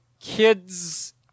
kids